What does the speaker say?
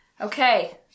okay